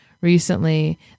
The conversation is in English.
recently